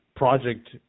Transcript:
project